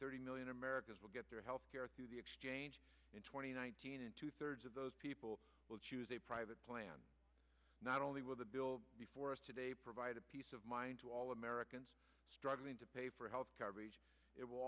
thirty million americans will get their health care through the exchange in twenty ninth two thirds of those people will choose a private plan not only will the bill before us today provide a piece of mind to all americans struggling to pay for health coverage it will